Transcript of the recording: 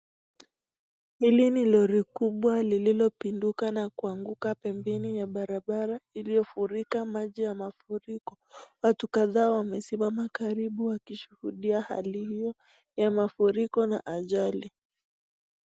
Hili ni lori kubwa lilopinduka na kuanguka pembeni ya barabara ilifurika maji ya mafuriko ,watu kadhaa wamesimama karibu wakishuhudia hali hiyo ya mafuriko na ajali.